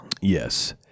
Yes